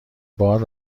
بار